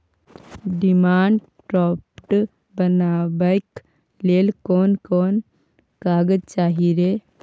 Demand draft बनाबैक लेल कोन कोन कागज चाही रे?